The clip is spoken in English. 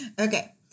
Okay